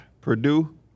Purdue